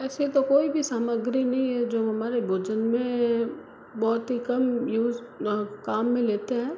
ऐसी तो कोई भी सामग्री नहीं है जो हमारे भोजन में बहुत ही कम यूज़ काम में लेते हैं